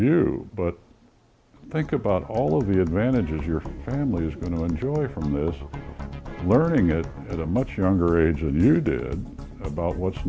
you but think about all of the advantages your family is going to enjoy from this learning it at a much younger age than you did about what's